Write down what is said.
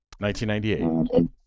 1998